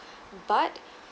but